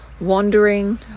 wandering